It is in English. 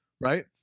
right